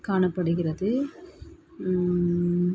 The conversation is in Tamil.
காணப்படுகிறது